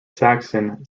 saxon